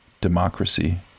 democracy